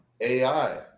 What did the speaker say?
AI